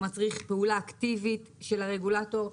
הוא מצריך פעולה אקטיבית של הרגולטור.